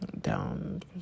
Down